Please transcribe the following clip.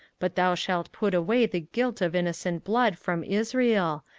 but thou shalt put away the guilt of innocent blood from israel,